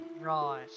Right